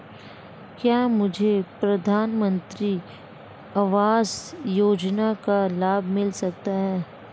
क्या मुझे प्रधानमंत्री आवास योजना का लाभ मिल सकता है?